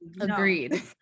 Agreed